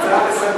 הצעה